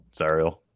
Sariel